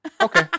Okay